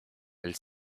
elle